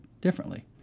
differently